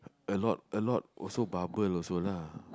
a lot a lot also bubble also lah